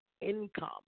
income